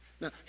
Now